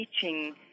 teaching